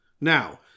now